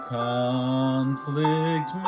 conflict